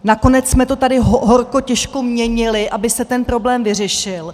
Nakonec jsme to tady horko těžko měnili, aby se ten problém vyřešil.